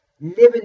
living